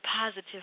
positive